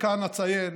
וכאן אציין